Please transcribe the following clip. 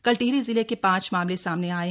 कल टिहरी जिले के पांच मामले सामने आये